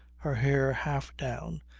her hair half down,